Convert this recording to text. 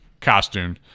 costume